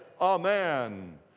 Amen